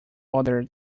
other